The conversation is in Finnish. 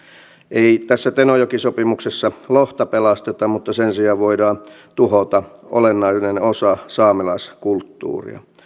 ei tässä tenojoki sopimuksessa lohta pelasteta mutta sen sijaan voidaan tuhota olennainen osa saamelaiskulttuuria